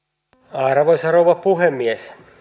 arvoisa rouva puhemies